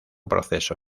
proceso